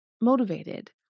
motivated